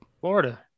Florida